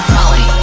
Molly